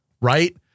right